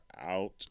out